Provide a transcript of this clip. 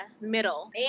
middle